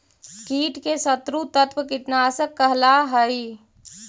कीट के शत्रु तत्व कीटनाशक कहला हई